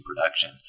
production